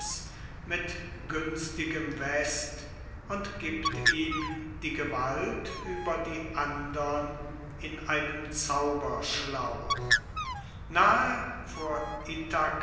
mit günstigem west und gibt ihm die gewalt über die andern in einem zauberschlauch nahe vor